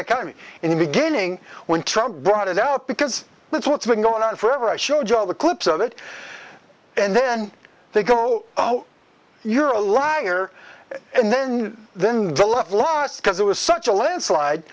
county in the beginning when trouble brought it up because that's what's been going on forever i sure joe the clips of it and then they go oh you're a liar and then then the love lost because it was such a landslide